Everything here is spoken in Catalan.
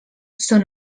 són